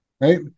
Right